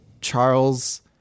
charles